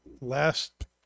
last